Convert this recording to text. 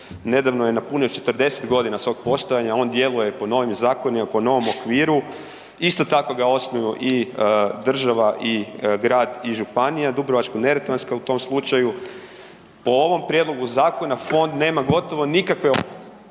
nedavno je napunio 40.g. svog postojanja, on djeluje po novim zakonima, po novom okviru. Isto tako ga osnuju i država i grad i županija Dubrovačko-neretvanska u tom slučaju. Po ovom prijedlogu zakona fond nema gotovo nikakve ovlasti,